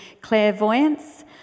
clairvoyance